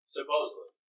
supposedly